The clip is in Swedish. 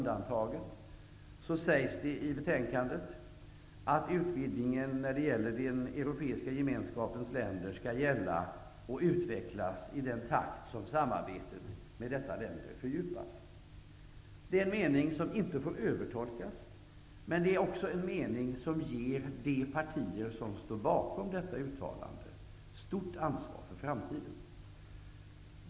Det sägs i betänkandet att utvidgningen när det gäller den europeiska gemenskapens länder skall gälla och utvecklas i den takt som samarbetet med dessa länder fördjupas. Det är en mening som inte får övertolkas, men det är också en mening som ger de partier som står bakom detta uttalande ett stort ansvar för framtiden.